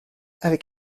avec